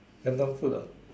Nyonya food ah